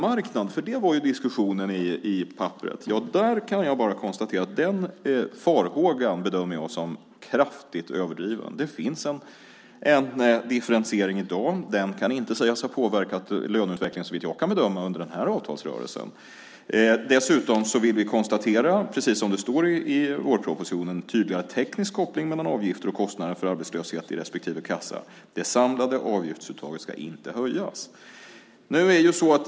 Jag kan bara konstatera att jag bedömer farhågan att det skulle leda till en låglönemarknad som kraftigt överdriven. Det finns en differentiering i dag. Den kan inte sägas ha påverkat löneutvecklingen under denna avtalsrörelse, såvitt jag kan bedöma. Dessutom vill vi ha - precis som det står i vårpropositionen - en tydligare teknisk koppling mellan avgifter och kostnader för arbetslöshet i respektive kassa. Det samlade avgiftsuttaget ska inte höjas.